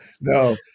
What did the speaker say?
No